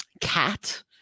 cat